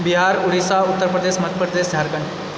Bihar Orissa Uttar Pradesh Madhya Pradesh Jharkhand